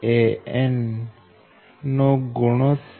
VHLVXL3